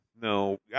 no